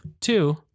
Two